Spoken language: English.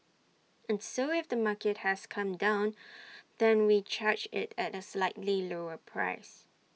and so if the market has come down then we charge IT at A slightly lower price